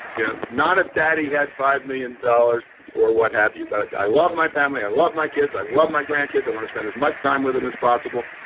yeah not if daddy had five million and dollars or what have you, but i love my family. i love my kids. i love my grandkids. i want to spend as much time with them as possible,